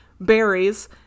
berries